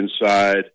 inside